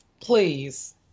please